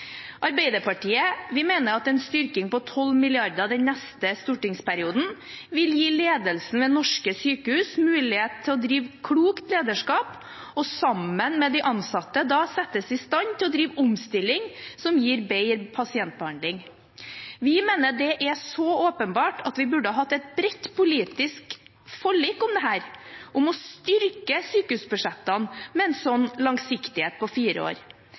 Arbeiderpartiet mener at en styrking på 12 mrd. kr den neste stortingsperioden vil gi ledelsen ved norske sykehus mulighet til å drive klokt lederskap og sammen med de ansatte settes i stand til å drive omstilling som gir bedre pasientbehandling. Vi mener det er så åpenbart at vi burde hatt et bredt politisk forlik om dette, om å styrke sykehusbudsjettene med en langsiktighet på fire år.